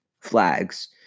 Flags